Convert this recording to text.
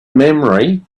memory